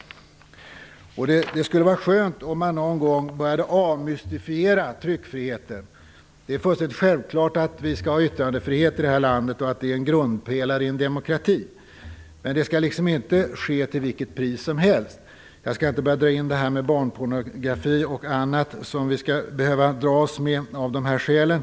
Det skulle vara skönt om man någon gång började avmystifiera tryckfriheten. Det är fullständigt självklart att vi skall ha yttrandefrihet i det här landet och att det är en grundpelare i en demokrati, men det skall liksom inte ske till vilket pris som helst - jag skall dock inte nu dra in barnpornografi och annat som vi behöver dras med av det här skälet.